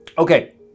Okay